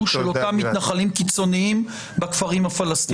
של אותם מתנחלים קיצוניים בכפרים הפלסטינים.